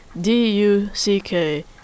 D-U-C-K